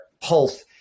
pulse